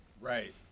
Right